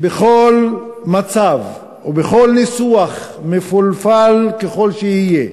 בכל מצב ובכל ניסוח, מפולפל ככל שיהיה,